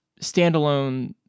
standalone